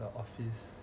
the office